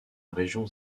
région